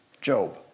Job